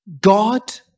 God